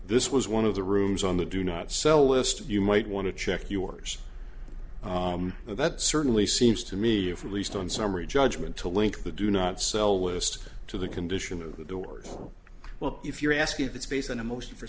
this was one of the rooms on the do not sell list you might want to check yours that certainly seems to me of least on summary judgment to link the do not sell list to the condition of the doors well if you're asking if it's based on a motion for